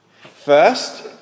First